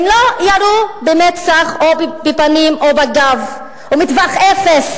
הם לא ירו במצח או בפנים או בגב או מטווח אפס.